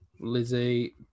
Lizzie